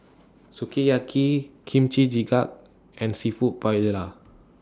Sukiyaki Kimchi Jjigae and Seafood Paella